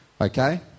Okay